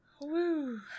Woo